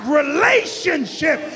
relationship